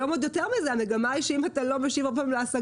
היום עוד יותר מזה כאשר המגמה שאם אתה לא משיב על השגה,